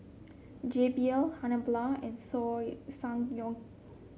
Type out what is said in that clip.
J B L Habhal and soil Ssangyong